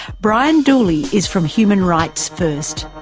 brian dooley is from human rights first,